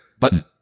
button